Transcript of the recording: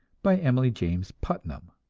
by emily james putnam.